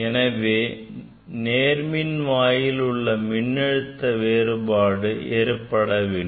எனவே நேர்மின் வாயில் எந்த மின்னழுத்த வேறுபாடும் ஏற்படுத்தப்படவில்லை